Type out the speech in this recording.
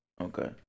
Okay